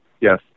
Yes